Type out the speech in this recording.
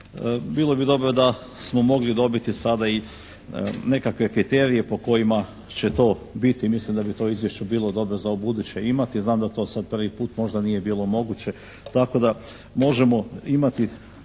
bilo bi dobro da smo mogli dobiti sada i nekakve kriterije po kojima će to biti. Mislim da bi to u izvješću bilo dobro za ubuduće imati. Znam da to sad prvi put možda nije bilo moguće. Tako da možemo imati